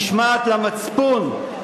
משמעת למצפון,